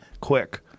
quick